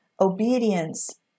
Obedience